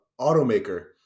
automaker